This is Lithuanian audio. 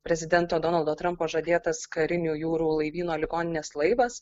prezidento donaldo trampo žadėtas karinio jūrų laivyno ligoninės laivas